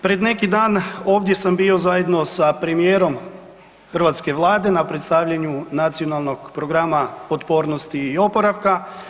Pred neki dan ovdje sam bio zajedno sa premijerom hrvatske Vlade na predstavljanju Nacionalnog programa otpornosti i oporavka.